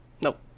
Nope